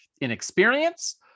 inexperience